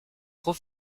trop